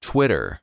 Twitter